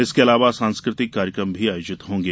इसके अलावा सांस्कृतिक कार्यक्रम भी आयोजित होंगे